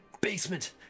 basement